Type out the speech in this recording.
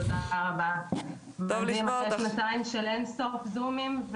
אחרי שנתיים של אינסוף זומים,